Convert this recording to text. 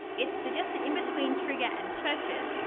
it suggests that in between trigger and purchase,